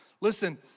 Listen